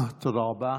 תודה רבה.